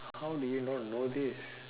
how do you not know this